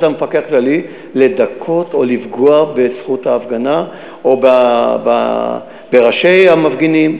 המפקח הכללי לדכא או לפגוע בזכות ההפגנה או בראשי המפגינים.